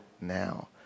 now